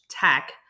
tech